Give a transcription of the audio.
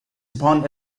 upon